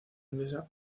inglesa